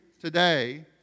today